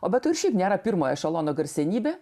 o be to ir šiaip nėra pirmo ešelono garsenybė